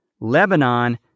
Lebanon